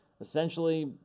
essentially